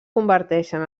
converteixen